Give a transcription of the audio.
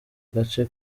gace